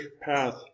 path